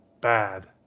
bad